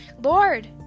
Lord